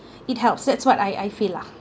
it helps that's what I I feel lah